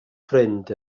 ffrind